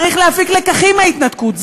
צריך להפיק לקחים מההתנתקות,